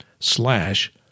slash